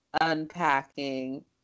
unpacking